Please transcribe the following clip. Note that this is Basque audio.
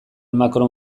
macron